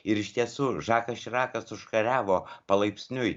ir iš tiesų žakas širakas užkariavo palaipsniui